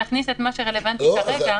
שנכניס את מה שרלוונטי כרגע.